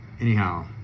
Anyhow